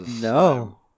No